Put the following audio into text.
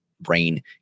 brain